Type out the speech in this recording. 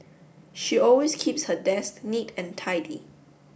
she always keeps her desk neat and tidy